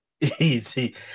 easy